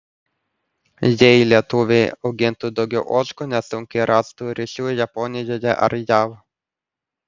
jei lietuviai augintų daugiau ožkų nesunkiai rastų ryšių japonijoje ar jav